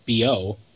bo